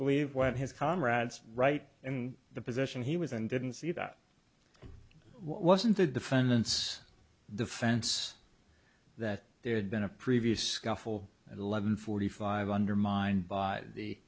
believe what his comrades right in the position he was and didn't see that it wasn't the defendant's defense that there had been a previous scuffle at eleven forty five undermined by the